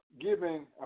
giving